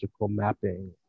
mapping